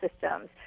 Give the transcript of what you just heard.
systems